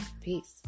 peace